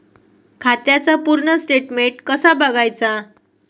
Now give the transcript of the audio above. खात्याचा पूर्ण स्टेटमेट कसा बगायचा?